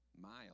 miles